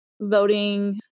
voting